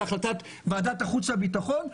לוועדת החוץ והביטחון,